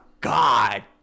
God